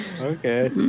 Okay